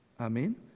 Amen